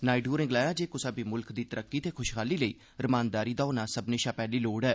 नायडू होरें गलाया जे कुसै बी मुल्ख दी तरक्की ते खुशहाली लेई रमानदारी दा होना सब्बने शा पैहली लोड़ ऐ